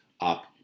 up